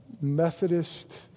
Methodist